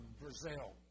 Brazil